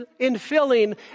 infilling